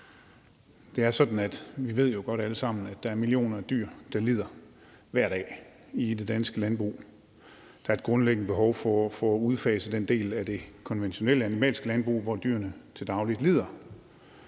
Det er sådan, at vi jo alle sammen godt ved, at der er millioner af dyr, der lider hver dag i det danske landbrug. Der er et grundlæggende behov for at få udfaset den del af det konventionelle animalske landbrug, hvor dyrene til daglig lider.